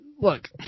look